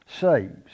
saves